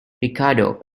ricardo